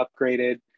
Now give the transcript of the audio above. upgraded